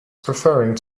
preferring